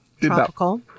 Tropical